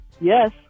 Yes